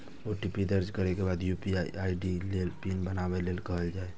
OTP दर्ज करै के बाद यू.पी.आई आई.डी लेल पिन बनाबै लेल कहल जाइ छै